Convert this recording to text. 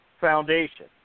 Foundation